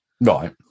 Right